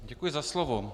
Děkuji za slovo.